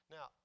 Now